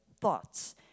thoughts